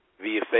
via